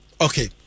Okay